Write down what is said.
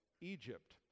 Egypt